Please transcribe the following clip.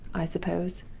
i suppose.